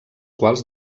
quals